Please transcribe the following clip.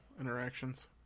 interactions